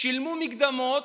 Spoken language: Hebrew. שילמו מקדמות,